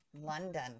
London